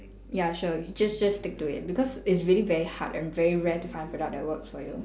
ya sure just just stick to it because it's really very hard and very rare to find product that works for you